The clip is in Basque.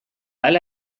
hala